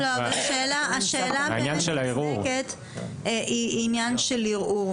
אבל השאלה היא מוצדקת בעניין של ערעור,